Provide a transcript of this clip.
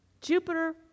Jupiter